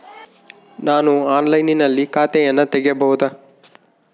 ನಾನು ಆನ್ಲೈನಿನಲ್ಲಿ ಖಾತೆಯನ್ನ ತೆಗೆಯಬಹುದಾ?